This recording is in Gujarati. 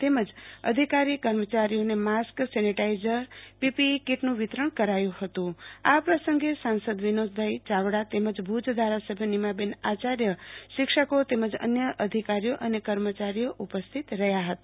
તેમજ અધિકારીકર્મચારીઓને માસ્કસેનેટાઈઝરપીપીઈ કીટનું વિતરણ કરાયુ હતું આ પ્રસંગે સાસંદ વિનોદ ચાવડા તેમજ ભુજ ધારાસભ્ય નીમાબેન આચાર્ય શિક્ષકો તેમજ અન્ય અધિકારીઓ અને કર્મચારીઓ ઉપસ્થિત રહ્યા હતા